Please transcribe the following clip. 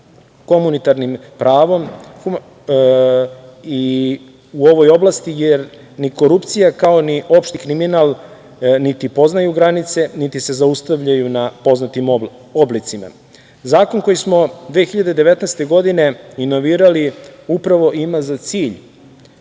komunitarnim pravom i u ovoj oblasti ni korupcija, kao ni opšti kriminal niti poznaju granice, niti se zaustavljaju na poznatim oblicima. Zakon koji smo 2019. godine inovirali upravo ima za cilj